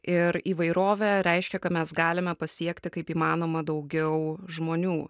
ir įvairovė reiškia ką mes galime pasiekti kaip įmanoma daugiau žmonių